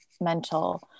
mental